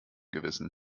gewissen